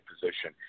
position